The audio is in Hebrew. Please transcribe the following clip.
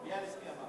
בילסקי.